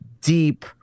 deep